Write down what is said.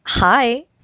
hi